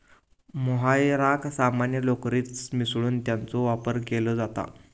मोहायराक सामान्य लोकरीत मिसळून त्याचो वापर केलो जाता